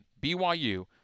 BYU